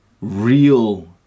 real